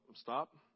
stop